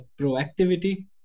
proactivity